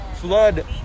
flood